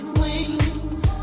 wings